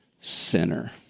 sinner